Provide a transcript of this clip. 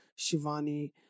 Shivani